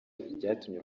ryatumye